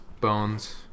bones